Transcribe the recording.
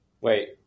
wait